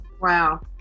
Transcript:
Wow